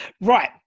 Right